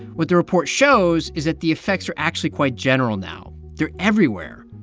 what the report shows is that the effects are actually quite general now. they're everywhere.